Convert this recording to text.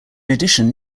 addition